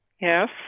Yes